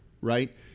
right